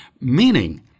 meaning